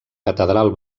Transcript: catedral